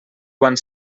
quan